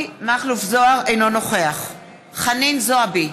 אינו נוכח חנין זועבי,